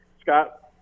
Scott